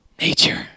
nature